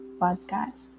podcast